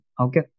Okay